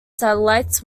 satellites